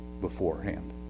beforehand